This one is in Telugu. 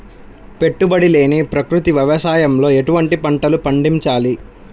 పెట్టుబడి లేని ప్రకృతి వ్యవసాయంలో ఎటువంటి పంటలు పండించాలి?